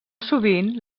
sovint